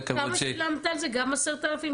כמה שילמת על זה, גם 10,000 שקל פיקדון?